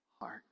heart